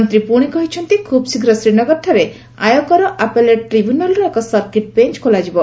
ମନ୍ତ୍ରୀ ପୁଣି କହିଛନ୍ତି ଖୁବଶୀଘ୍ର ଶ୍ରୀନଗରଠାରେ ଆୟକର ଆପେଲେଟ୍ ଟ୍ରିବ୍ୟୁନାଲ୍ର ଏକ ସର୍କିଟ୍ ବେଞ୍ଚ ଖୋଲାଯିବ